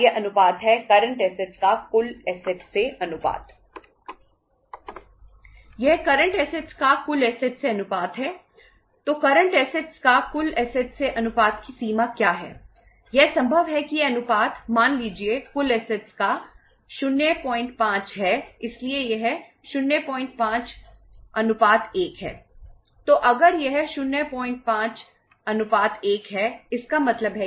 यह current asset है